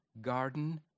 garden